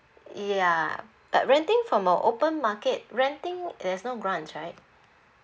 ya but renting from uh open market renting it is no grants right